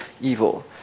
evil